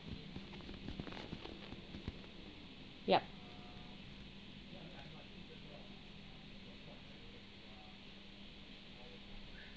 yup